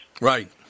Right